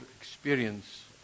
experience